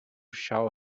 shall